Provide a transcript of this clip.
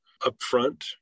upfront